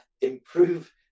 improve